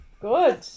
Good